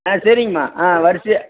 ஆ சரிங்கம்மா ஆ வரிசையாக